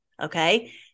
Okay